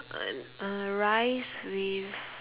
uh rice with